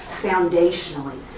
foundationally